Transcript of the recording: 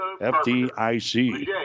FDIC